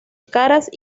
caras